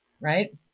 right